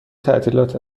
تعطیلات